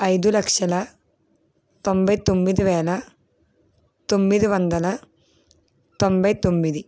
ఐదు లక్షల తొంభై తొమ్మిది వేల తొమ్మిది వందల తొంభై తొమ్మిది